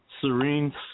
serene